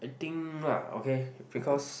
I think lah okay because